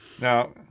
Now